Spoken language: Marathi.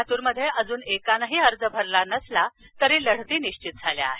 लातूरमध्ये अजून अर्ज एकानंही भरला नसला तरी लढती निश्वित झाल्या आहेत